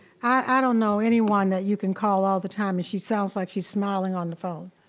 i don't know anyone that you can call all the time and she sounds like she's smiling on the phone,